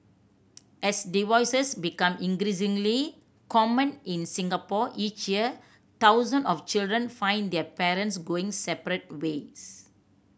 as divorces become increasingly common in Singapore each year thousand of children find their parents going separate ways